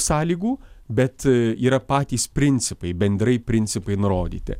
sąlygų bet yra patys principai bendri principai nurodyti